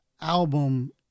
album